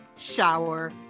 shower